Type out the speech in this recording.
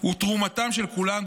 ותרומתם של כולם,